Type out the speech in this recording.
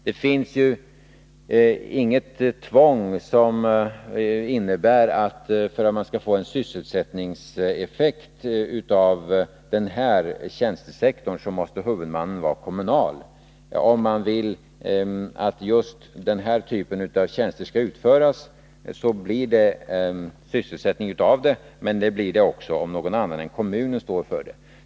Det finns ju inget tvång som innebär att man för att få en sysselsättningseffekt på den här tjänstesektorn måste ha en kommunal huvudman. Om man vill att just den här typen av tjänster skall utföras, får det en sysselsättningseffekt även om någon annan än kommunen står för verksamheten.